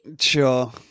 Sure